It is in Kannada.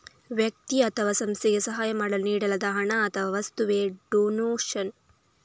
ವ್ಯಕ್ತಿ ಅಥವಾ ಸಂಸ್ಥೆಗೆ ಸಹಾಯ ಮಾಡಲು ನೀಡಲಾದ ಹಣ ಅಥವಾ ವಸ್ತುವವೇ ಡೊನೇಷನ್